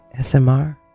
SMR